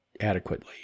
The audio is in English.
adequately